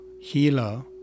healer